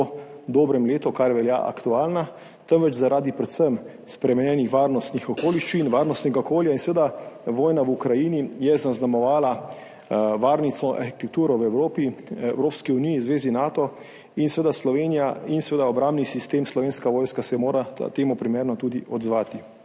dobrem letu, odkar velja, aktualna, temveč zaradi predvsem spremenjenih varnostnih okoliščin, varnostnega okolja. Vojna v Ukrajini je seveda zaznamovala varnostno kulturo v Evropi, Evropski uniji in zvezi Nato in seveda se mora Slovenija in seveda obrambni sistem, Slovenska vojska, temu primerno tudi odzvati.